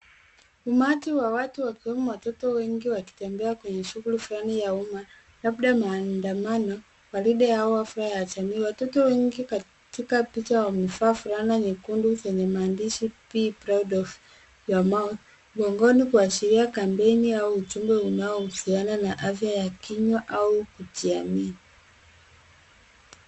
Umati wa watu wakiwemo watoto wengi wakitembea kwenye shughuli fulani ya umma labda maandamano, gwaride au hafla ya jamii. Ni watoto wengi katika picha wamevaa fulana nyekundu zenye maandishi be proud of your mouth mgongoni kuashiria kampeni au ujumbe unaohusiana na afya ya kinywa au kujiamini.